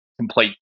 complete